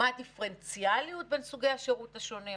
מה הדיפרנציאליות בין סוגי השירות השונים.